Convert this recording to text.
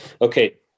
Okay